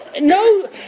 no